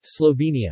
Slovenia